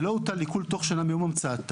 ולא הוטל עיקול בתוך שנה מיום המצאתה,